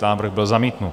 Návrh byl zamítnut.